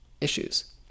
issues